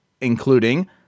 including